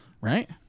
Right